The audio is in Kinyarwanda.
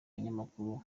abanyamakuru